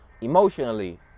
emotionally